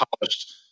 polished